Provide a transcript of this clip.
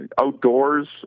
outdoors